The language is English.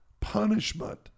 punishment